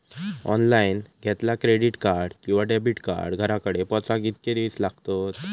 Online घेतला credit card किंवा debit card घराकडे पोचाक कितके दिस लागतत?